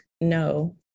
no